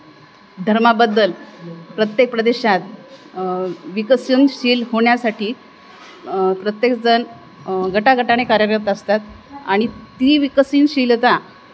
धर्माबद्दल प्रत्येक प्रदेशात विकसनशील होण्यासाठी प्रत्येकजण गटागटाने कार्यरत असतात आणि ती विकसनशीलता